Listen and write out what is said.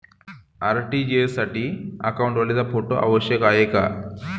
RTGS साठी अकाउंटवाल्याचा photo आवश्यक आहे का?